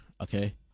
okay